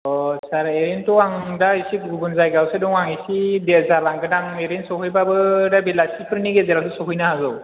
सार ओरैनोथ' आं दा एसे गुबुन जायगायावसो दं आं एसे देरि जालांगोनदां आं ओरैनो सहैब्लाबो दा बेलासिफोरनि गेजेरावसो सफैनो हागौ